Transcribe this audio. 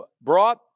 brought